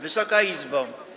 Wysoka Izbo!